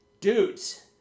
dudes